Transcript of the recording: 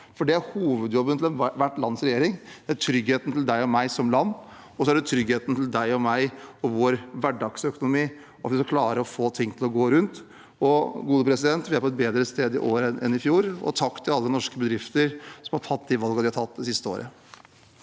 det er hovedjobben til ethvert lands regjering: tryggheten for deg og meg som land, og tryggheten for deg og meg og vår hverdagsøkonomi, og at vi skal klare å få ting til å gå rundt. Vi er på et bedre sted i år enn i fjor, og takk til alle norske bedrifter som har tatt de valgene de har tatt det siste året.